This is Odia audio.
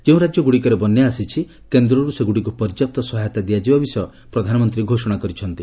ଯେଉଁ ରାଜ୍ୟଗୁଡ଼ିକରେ ବନ୍ୟା ଆସିଛି କେନ୍ଦ୍ରରୁ ସେଗୁଡ଼ିକୁ ପର୍ଯ୍ୟାପ୍ତ ସହାୟତା ଦିଆଯିବା ବିଷୟ ପ୍ରଧାନମନ୍ତ୍ରୀ ଘୋଷଣା କରିଛନ୍ତି